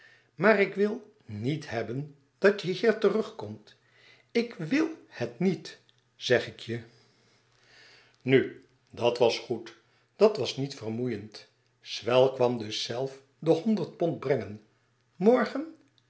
maar ik wil niet hebben dat je hier terugkomt ik wil het niet zeg ik je nu dat was goed dat was niet vermoeiend swell kwam dus zelf de honderd pond brengen morgen